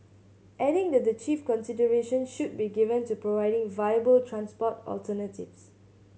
adding that the chief consideration should be given to providing viable transport alternatives